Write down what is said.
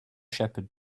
shepherd